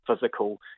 physical